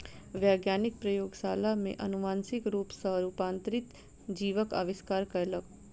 वैज्ञानिक प्रयोगशाला में अनुवांशिक रूप सॅ रूपांतरित जीवक आविष्कार कयलक